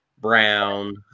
Brown